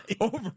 over